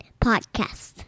Podcast